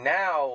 now